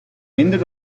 minder